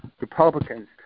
Republicans